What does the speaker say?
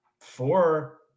four